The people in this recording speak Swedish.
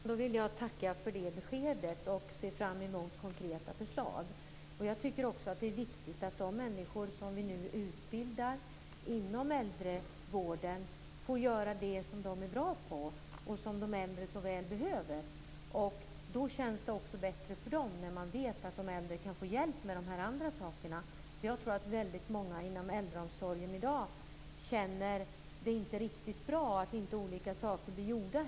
Fru talman! Då vill jag tacka för det beskedet. Jag ser fram emot konkreta förslag. Jag tycker också att det är viktigt att de människor som vi nu utbildar inom äldrevården får göra det som de är bra på och som de äldre så väl behöver. Då känns det också bättre för dem när de vet att de äldre kan få hjälp med de andra sakerna. Jag tror nämligen att väldigt många inom äldreomsorgen i dag känner att det inte är riktigt bra att olika saker inte blir gjorda.